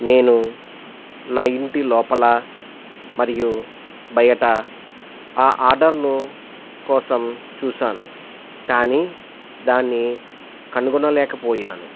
నేను నా ఇంటి లోపల మరియు బయట ఆ ఆర్డర్ను కోసం చూశాను కానీ దాన్ని కనుగొనలేకపోయాను